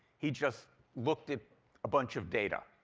he just looked at a bunch of data,